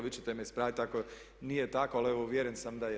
Vi ćete me ispraviti ako nije tako ali evo uvjeren sam da je.